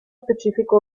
specifico